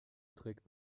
trägt